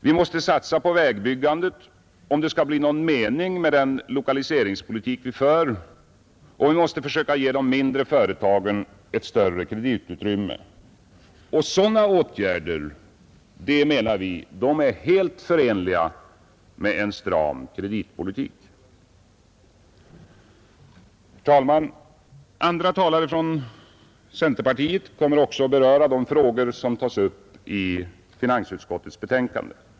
Vi måste satsa på vägbyggandet, om det skall bli någon mening med den lokaliseringspolitik vi för, och vi måste försöka ge de mindre företagen ett större kreditutrymme. Sådana åtgärder är, menar vi, helt förenliga med en stram kreditpolitik. Herr talman! Andra talare från centerpartiet kommer också att beröra de frågor som tas upp i finansutskottets betänkande.